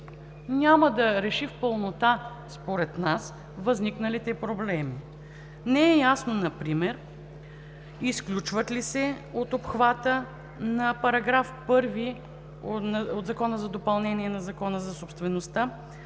няма да реши в пълнота според нас възникналите проблеми. Не е ясно например изключват ли се от обхвата на § 1 от Закона за допълнение на Закона за собствеността